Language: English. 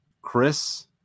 Chris